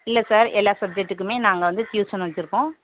இல்லை சார் எல்லாம் சப்ஜக்ட்டுக்குமே நாங்கள் வந்து டியூசன் வெச்சுருக்கோம்